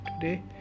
today